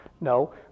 No